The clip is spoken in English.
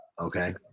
okay